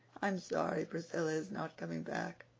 i'm sorry priscilla is not coming back,